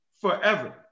forever